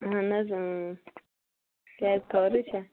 اہن حظ کیٛازِ خٲرٕے چھا